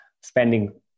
spending